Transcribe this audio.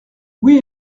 oui